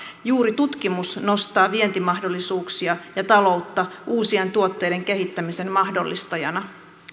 juuri tutkimus nostaa vientimahdollisuuksia ja taloutta uusien tuotteiden kehittämisen mahdollistajana